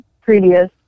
previous